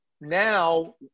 now